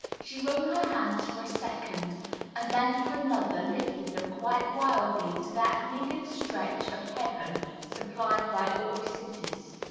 she wrung her hands for a second and then for another lifted them quite wildly to that niggard stretch of heaven supplied by all cities.